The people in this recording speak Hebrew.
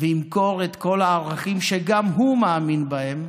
ימכור את כל הערכים שגם הוא מאמין בהם,